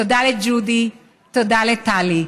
תודה לג'ודי, תודה לטלי.